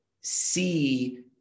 see